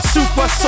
Super